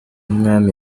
y’umwami